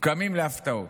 קמים להפתעות.